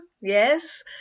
yes